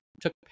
took